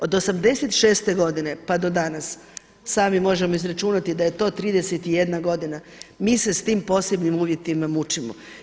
Od '86. godine pa do danas, sami možemo izračunati da je to 31 godina, mi se s tim posebnim uvjetima mučimo.